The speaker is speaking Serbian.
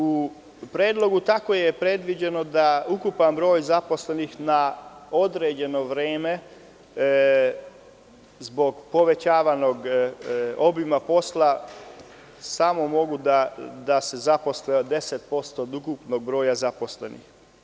U predlogu je predviđeno da ukupan broj zaposlenih na određeno vreme, zbog povećanog obima posla, samo može da se zaposli 10% od ukupnog broja zaposlenih.